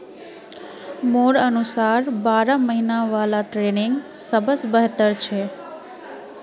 मोर अनुसार बारह महिना वाला ट्रेनिंग सबस बेहतर छ